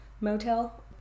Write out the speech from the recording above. motel